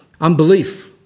unbelief